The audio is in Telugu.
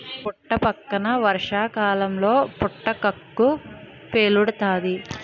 పుట్టపక్కన వర్షాకాలంలో పుటకక్కు పేలుతాది